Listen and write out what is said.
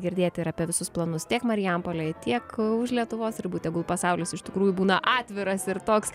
girdėti ir apie visus planus tiek marijampolėj tiek už lietuvos ribų tegul pasaulis iš tikrųjų būna atviras ir toks